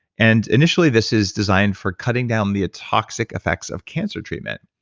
and initially this is designed for cutting down the toxic effects of cancer treatment.